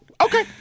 okay